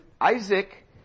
Isaac